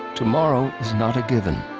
tomorrow is not a given.